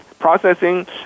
processing